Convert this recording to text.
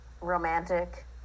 romantic